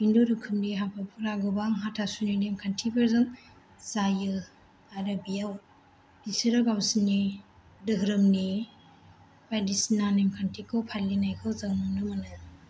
हिन्दु रोखोमनि हाबाफोरा गोबां हाथासुनि नेम खान्थिफोरजों जायो आरो बेयाव बिसोरो गावसोरनि धोरोमनि बायदिसिना नेम खान्थिखौ फालिनायखौ जों नुनो मोनो